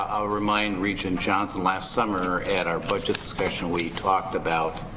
i'll remind regent johnson last summer at our budget discussion we talked about